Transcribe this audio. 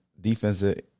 defensive